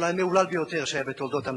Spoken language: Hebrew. אולי המהולל ביותר שהיה בתולדות המדינה.